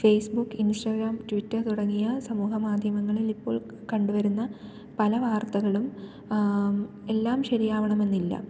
face book Instagram Twitter തുടങ്ങിയ സാമൂഹികമാധ്യമങ്ങളിലിപ്പോൾ കണ്ടുവരുന്ന പല വാർത്തകളും എല്ലാം ശരിയാവണമെന്നില്ല